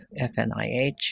FNIH